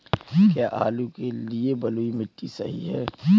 क्या आलू के लिए बलुई मिट्टी सही है?